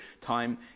time